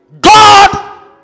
God